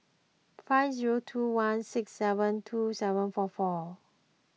five zero two one six seven two seven four four